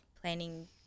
planning